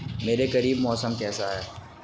میرے قریب موسم کیسا ہے